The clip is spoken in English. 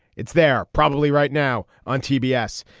it's there probably right now on t. b. s.